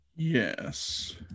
Yes